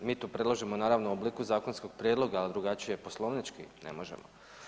Mi to predlažemo naravno u obliku zakonskog prijedloga, ali drugačije poslovnički ne možemo.